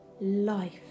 life